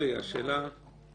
אמר את זה אלעזר שטרן.